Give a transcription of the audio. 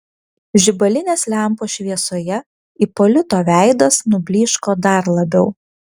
žibalinės lempos šviesoje ipolito veidas nublyško dar labiau